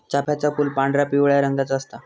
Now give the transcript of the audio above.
चाफ्याचा फूल पांढरा, पिवळ्या रंगाचा असता